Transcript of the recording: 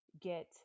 get